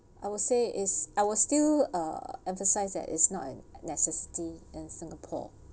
I would say it's I will still uh emphasised that it's not an necessity in singapore